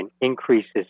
increases